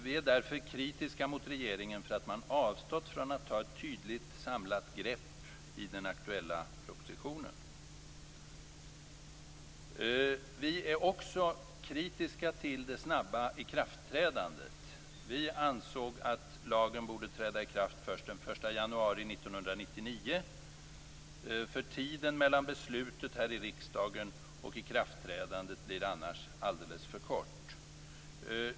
Vi är därför kritiska mot regeringen för att man avstått från att ta ett tydligt samlat grepp i den aktuella propositionen. Vi är också kritiska till det snabba ikraftträdandet. Vi ansåg att lagen borde träda i kraft först den 1 januari 1999. Tiden mellan beslutet här i riksdagen och ikraftträdandet blir annars alldeles för kort.